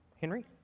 Henry